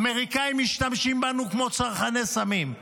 האמריקאים משתמשים בנו כמו צרכני סמים: